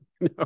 No